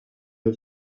edo